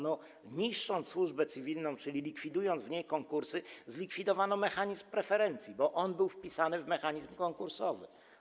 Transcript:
Niszcząc służbę cywilną, czyli likwidując w niej konkursy, zlikwidowano mechanizm preferencji, bo on był wpisany w mechanizm konkursowy.